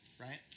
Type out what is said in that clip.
right